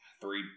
three